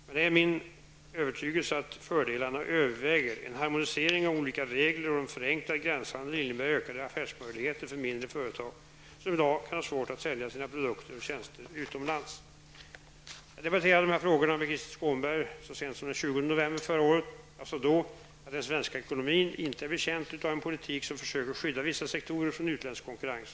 Men det är min övertygelse att fördelarna överväger. En harmonisering av olika regler och en förenklad gränshandel innebär ökade affärsmöjligheter för mindre företag, som i dag kan ha svårt att sälja sina produkter och tjänster utomlands. Jag debatterade de här frågorna med Krister Skånberg så sent som den 20 november förra året. Jag sade då att den svenska ekonomin inte är betjänt av en politik som försöker skydda vissa sektorer från utländsk konkurrens.